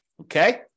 Okay